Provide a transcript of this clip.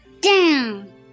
Down